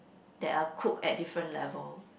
that are cooked at different level